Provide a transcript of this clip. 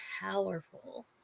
powerful